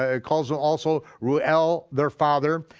ah it calls it also reuel, their father,